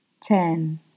Ten